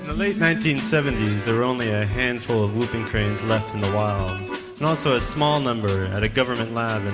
late nineteen seventy s, there are only a handful of whooping cranes left in the wild and also a small number at a government lab and